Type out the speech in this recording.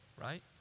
right